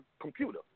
computer